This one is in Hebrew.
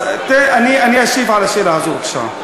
אז אני אשיב על השאלה הזאת, בבקשה.